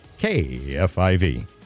KFIV